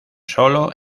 sólo